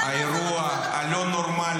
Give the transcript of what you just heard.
תפרגנו למדינה